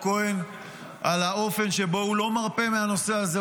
כהן על האופן שבו הוא לא מרפה מהנושא הזה,